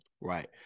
Right